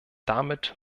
damit